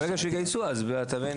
ברגע שיגייסו אז כבר תבינו.